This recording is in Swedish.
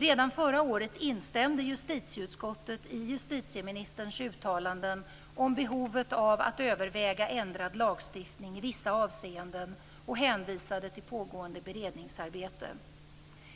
Redan förra året instämde justititeutskottet i justitieministerns uttalanden om behovet av att överväga ändrad lagstiftning i vissa avseenden och hänvisade till pågående beredningsarbete.